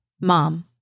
Mom